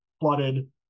flooded